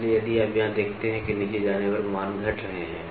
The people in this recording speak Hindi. इसलिए यदि आप यहां देखते हैं कि नीचे जाने पर मान घट रहे हैं